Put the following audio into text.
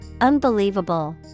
Unbelievable